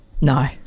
No